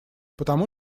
потому